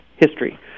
history